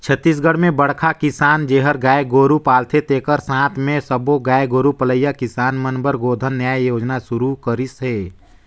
छत्तीसगढ़ में बड़खा किसान जेहर गाय गोरू पालथे तेखर साथ मे सब्बो गाय गोरू पलइया किसान मन बर गोधन न्याय योजना सुरू करिस हे